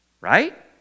right